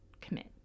commit